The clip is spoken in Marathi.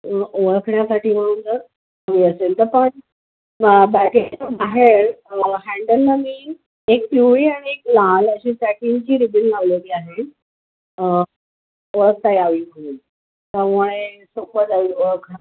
ओळ ओळखण्यासाठी म्हणून जर हवी असेल तर बॅगेतून बाहेर हँडलना मी एक पिवळी आणि एक लाल अशी पॅकिंगची रिबीन लावलेली आहे ओळखता यावी म्हणून त्यामुळे सोपं जाईल ओळखायला